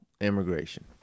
immigration